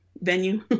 venue